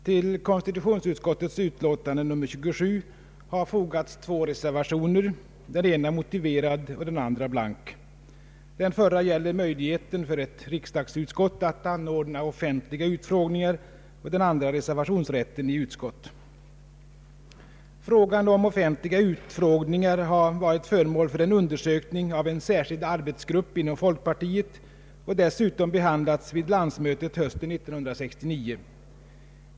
Till konstitutionsutskot tets utlåtande nr 27 har fogats två reservationer, den ena motiverad och dep andra blank. Den förra gäller möjligheten för ett riksdagsutskott att anordna offentliga utfrågningar och den andra reservationsrätten i utskott. Frågan om offentliga utfrågningar har varit föremål för en undersökning av en särskild arbetsgrupp inom folkpartiet och dessutom behandlats vid landsmötet hösten 1969.